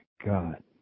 God